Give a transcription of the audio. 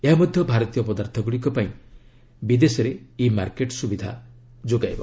ଏହା ମଧ୍ୟ ଭାରତୀୟ ପଦାର୍ଥଗୁଡ଼ିକ ପାଇଁ ବିଦେଶରେ ଇ ମାର୍କେଟ୍ ସୁବିଧା ଯୋଗାଇବ